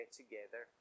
together